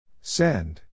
Send